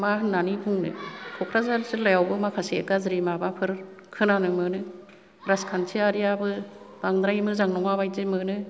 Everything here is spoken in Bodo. मा होन्नानै बुंनो कक्राझार जिल्लायावबो माखासे गाज्रि माबाफोर खोनानो मोनो राजखान्थिआरियाबो बांद्राय मोजां नङा बायदि मोनो